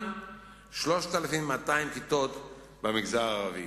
3,200 מהן במגזר הערבי.